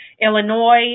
Illinois